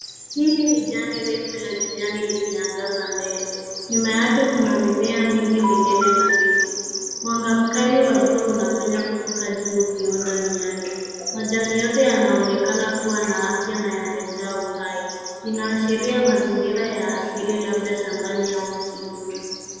Hili ni jani refu la kijani likiangaza mbele. Nyuma yake kuna mimea mingi minene na miti. Mwanga mkali wa jua unapenya kutoka juu ukiunda miale. Majani yote yanaonekana kuwa na afya na yamejaa uhai. Inaashiria mazingira ya asili labda shambani au msituni.